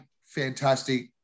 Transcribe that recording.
fantastic